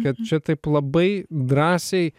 kad čia taip labai drąsiai